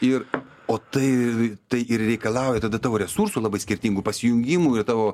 ir o tai tai ir reikalauja tada tavo resursų labai skirtingų pasijungimų ir tavo